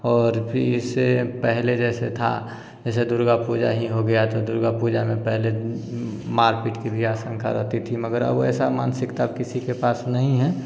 और फिर इससे पहले जैसे था जैसे दुर्गा पूजा ही हो गया तो दुर्गा पूजा में पहले मार पीट की भी अशंका रहती थी मगर अब वैसा मानसिकता अब किसी के पास नहीं हैं